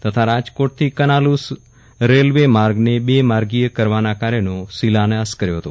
તથા રાજકોટથી કનાલૂસ રેલવે માર્ગને બે માર્ગિય કરવાના કાર્યનો શિલાન્યાસ કર્યો હતો